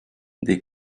des